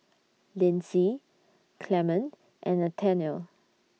Lyndsey Clemente and Nathaniel